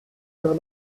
level